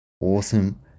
awesome